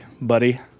buddy